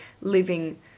living